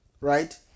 right